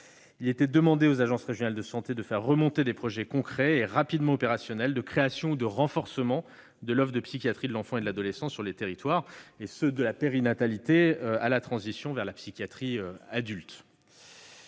Il était demandé aux agences régionales de santé de faire remonter des projets concrets et rapidement opérationnels de création ou de renforcement de l'offre de psychiatrie de l'enfant et de l'adolescent sur les territoires, de la périnatalité à la transition vers la psychiatrie adulte.